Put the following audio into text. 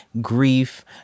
grief